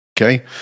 okay